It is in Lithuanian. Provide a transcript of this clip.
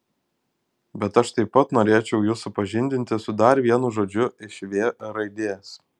bet aš taip pat norėčiau jus supažindinti su dar vienu žodžiu iš v raidės